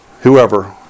whoever